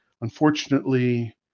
Unfortunately